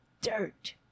dirt